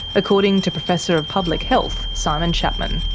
according to professor of public health, simon chapman.